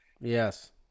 Yes